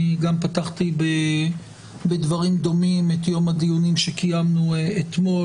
אני גם פתחתי בדברים דומים את יום הדיונים שקיימנו אתמול.